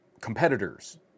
competitors